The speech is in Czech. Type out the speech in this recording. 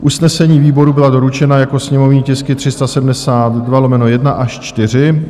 Usnesení výboru byla doručena jako sněmovní tisky 372/1 až 4.